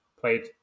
played